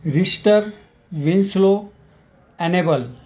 Richter Winslow enable